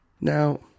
Now